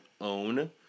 own